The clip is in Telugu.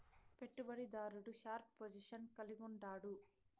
పెట్టుబడి దారుడు షార్ప్ పొజిషన్ కలిగుండాడు